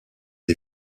des